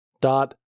dot